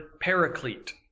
paraclete